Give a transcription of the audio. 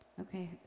Okay